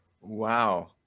wow